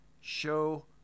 show